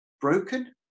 broken